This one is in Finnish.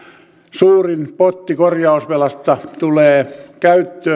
suurin potti korjausvelasta tulee käyttöön